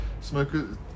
smoker